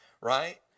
Right